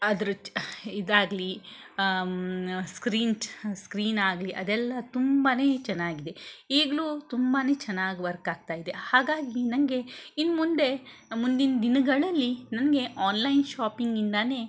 ಅದ್ರ ಚ್ ಇದಾಗಲಿ ಸ್ಕ್ರೀನ್ಚ್ ಸ್ಕ್ರೀನಾಗಲಿ ಅದೆಲ್ಲ ತುಂಬಾ ಚೆನ್ನಾಗಿದೆ ಈಗಲೂ ತುಂಬಾ ಚೆನ್ನಾಗಿ ವರ್ಕ್ ಆಗ್ತಾಯಿದೆ ಹಾಗಾಗಿ ನನಗೆ ಇನ್ನು ಮುಂದೆ ಮುಂದಿನ ದಿನಗಳಲ್ಲಿ ನನಗೆ ಆನ್ಲೈನ್ ಶಾಪಿಂಗಿಂದಾನೆ